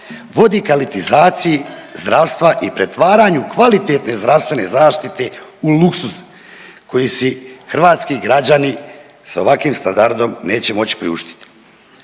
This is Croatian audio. ne razumije./... zdravstva i pretvaranju kvalitetne zdravstvene zaštite u luksuz koji si hrvatski građani sa ovakvim standardom neće moći priuštiti.